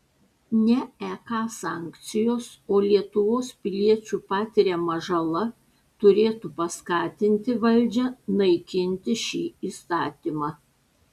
ne ek sankcijos o lietuvos piliečių patiriama žala turėtų paskatinti valdžią naikinti šį įstatymą